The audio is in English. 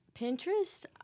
Pinterest